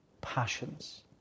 passions—